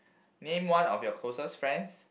name one of your closest friends